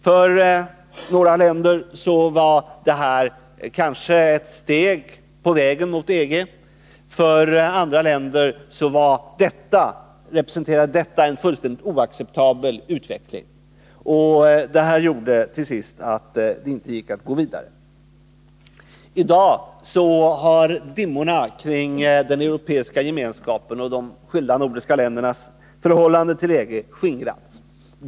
För några länder var detta kanske ett steg på vägen mot EG, för andra länder representerade det en fullständigt oacceptabel utveckling. Detta gjorde att det till sist inte gick att gå vidare. I dag har dimmorna kring den europeiska gemenskapen och de skilda nordiska ländernas förhållanden till EG skingrats.